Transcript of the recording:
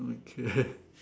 okay